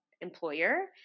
employer